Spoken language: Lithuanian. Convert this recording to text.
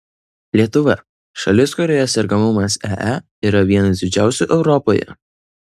lietuva šalis kurioje sergamumas ee yra vienas didžiausių europoje